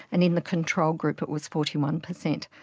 and in the control group it was forty one percent.